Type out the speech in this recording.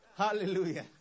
hallelujah